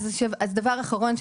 דבר אחרון,